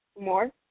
more